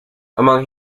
among